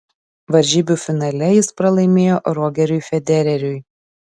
varžybų finale jis pralaimėjo rogeriui federeriui